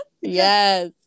yes